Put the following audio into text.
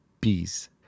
bees